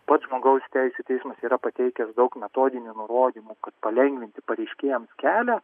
pats žmogaus teisių teismas yra pateikęs daug metodinių nurodymų palengvinti pareiškėjams kelią